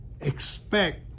expect